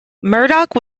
murdoch